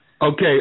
Okay